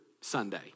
Sunday